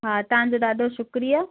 हा तव्हांजो ॾाढो शुक्रिया